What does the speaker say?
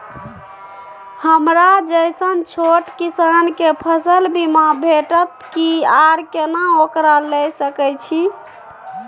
हमरा जैसन छोट किसान के फसल बीमा भेटत कि आर केना ओकरा लैय सकैय छि?